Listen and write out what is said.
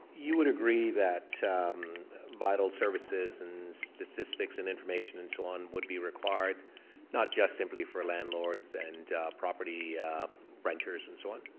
you would agree that bottled services and statistics and information and so on would be required not just simply for landlords and property renters and so on?